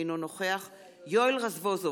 אינו נוכח יואל רזבוזוב,